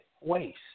waste